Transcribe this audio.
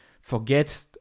forget